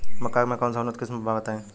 मक्का के कौन सा उन्नत किस्म बा बताई?